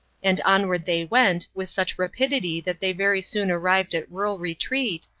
and onward they went, with such rapidity that they very soon arrived at rural retreat,